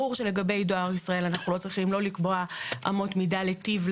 ברור שלגבי דואר ישראל אנחנו לא צריכים לא לקבוע אמות מידה לטיב,